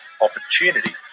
opportunity